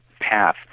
path